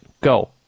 Go